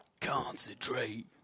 Concentrate